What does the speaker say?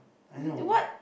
what